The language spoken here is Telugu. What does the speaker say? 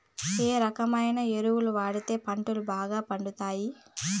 ఏ రకమైన ఎరువులు వాడితే పంటలు బాగా పెరుగుతాయి?